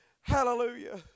Hallelujah